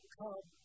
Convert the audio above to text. come